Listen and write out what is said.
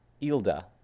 Ilda